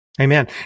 Amen